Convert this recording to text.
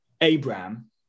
Abraham